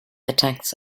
attacks